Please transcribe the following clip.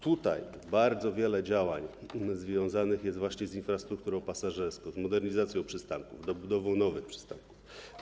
Tutaj bardzo wiele działań związanych jest właśnie z infrastrukturą pasażerską, z modernizacją przystanków, dobudową nowych przystanków.